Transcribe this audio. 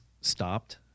stopped